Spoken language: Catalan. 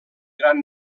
gran